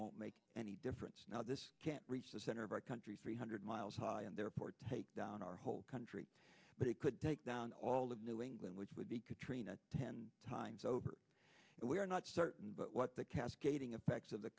won't make any difference now this can reach the center of our country three hundred miles high and therefore take down our whole country but it could take down all of new england which would be katrina ten times over and we are not certain but what the cascading effects of the